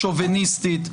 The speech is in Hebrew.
שוביניסטית,